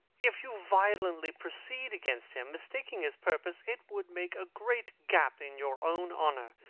if you violently proceed against him, mistaking his purpose, it would make a great gap in your own honour,